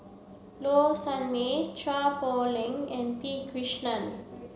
Low Sanmay Chua Poh Leng and P Krishnan